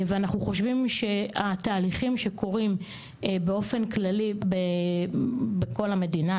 ואנחנו חושבים שהתהליכים שקורים באופן כללי בכל המדינה,